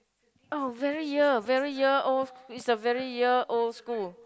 oh very year very year old it's a very year old school